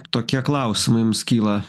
tokie klausimai jums kyla